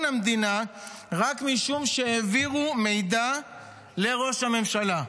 המדינה רק משום שהעבירו מידע לראש הממשלה,